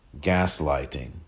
gaslighting